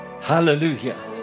Hallelujah